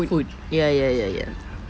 food ya ya ya ya